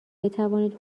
بتوانید